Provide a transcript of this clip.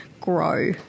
Grow